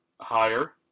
higher